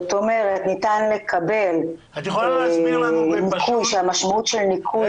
זאת אומרת ניתן לקבל ניכוי כשהמשמעות של --- רגע,